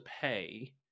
pay